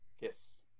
Yes